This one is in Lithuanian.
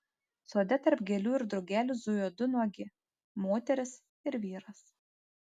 sode tarp gėlių ir drugelių zujo du nuogi moteris ir vyras